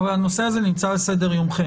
אבל הנושא הזה נמצא על סדר-יומכם.